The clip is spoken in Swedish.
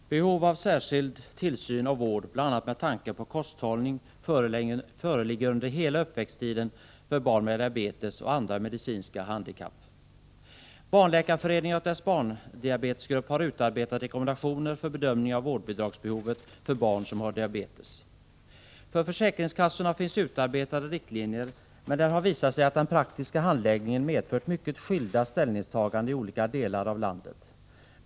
Herr talman! Behov av särskild tillsyn och vård bl.a. med tanke på kosthållning föreligger under hela uppväxttiden för barn med diabetes och andra medicinska handikapp. Barnläkarföreningen och dess barndiabetesgrupp har utarbetat tekommendationer för bedömningen av vårdbidragsbehovet för barn som har diabetes. För försäkringskassorna finns utarbetade riktlinjer, men det har visat sig att den praktiska handläggningen medfört mycket skilda ställningstaganden i olika delar av landet.